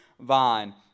vine